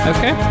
Okay